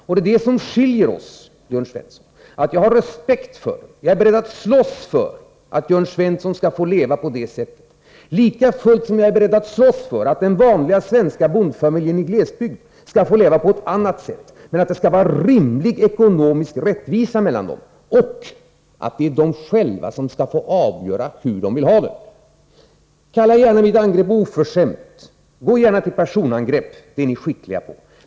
Men det som skiljer oss är att jag har respekt för och är beredd att slåss för att Jörn Svensson skall få leva på det sättet, liksom jag också är beredd att slåss för att den vanliga svenska bondfamiljen i glesbygd skall få leva på ett annat sätt — men att det skall vara rimlig ekonomisk rättvisa mellan dem. Det är de själva som skall få avgöra hur de vill ha det. Kalla gärna mitt angrepp oförskämt och gå gärna till personangrepp — det är ni skickliga på.